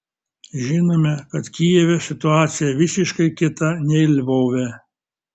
žinome kad kijeve situacija visiškai kita nei lvove